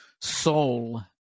soul